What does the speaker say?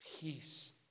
peace